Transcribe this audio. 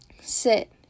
Sit